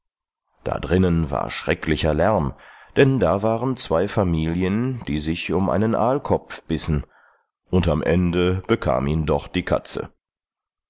da drinnen war ein schrecklicher lärm denn da waren zwei familien die sich um einen aalkopf bissen und am ende bekam ihn doch die katze